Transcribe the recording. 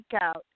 out